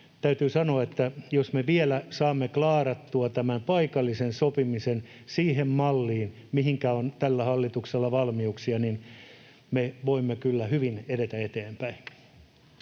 täytyy sanoa, että jos me vielä saamme klaarattua tämän paikallisen sopimisen siihen malliin, mihinkä tällä hallituksella on valmiuksia, niin me voimme kyllä hyvin edetä eteenpäin.